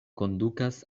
kondukas